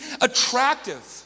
attractive